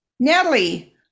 Natalie